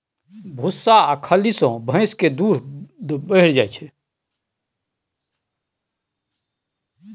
भुस्सा आ खल्ली सँ भैंस केर दूध बढ़ि जाइ छै